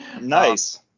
Nice